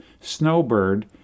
Snowbird